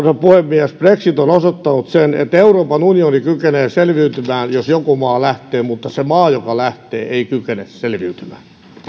puhemies brexit on osoittanut sen että euroopan unioni kykenee selviytymään jos joku maa lähtee mutta se maa joka lähtee ei kykene selviytymään